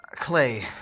Clay